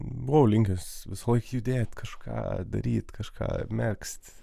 buvau linkęs visą laik judėt kažką daryt kažką megzt